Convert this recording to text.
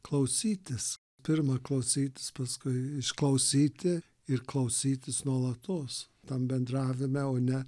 klausytis pirma klausytis paskui išklausyti ir klausytis nuolatos tam bendravime o ne